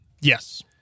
Yes